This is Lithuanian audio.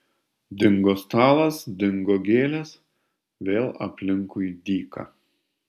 dingo stalas dingo gėlės vėl aplinkui dyka